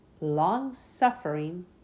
long-suffering